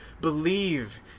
Believe